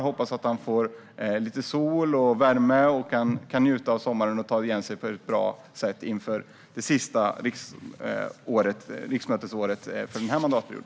Jag hoppas att han får lite sol och värme och att han kan njuta av sommaren och ta igen sig på ett bra sätt inför det sista riksmötesåret för denna mandatperiod.